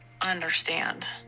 Understand